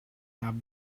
have